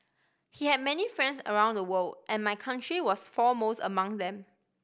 he had many friends around the world and my country was foremost amongst them